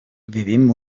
vivim